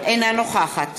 אינה נוכחת